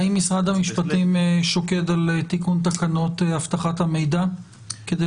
האם משרד המשפטים שוקד על תיקון תקנות אבטחת המידע כדי